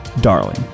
Darling